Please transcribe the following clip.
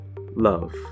love